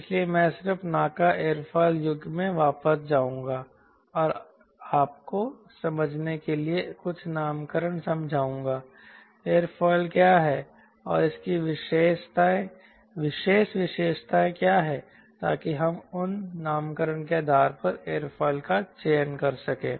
इसलिए मैं सिर्फ NACA एयरफॉइल युग में वापस जाऊंगा और आपको समझने के लिए कुछ नामकरण समझाऊंगा एयरफॉइल क्या है और इसकी विशेष विशेषताएं क्या हैं ताकि हम उन नामकरण के आधार पर एयरफॉइल का चयन कर सकें